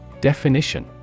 Definition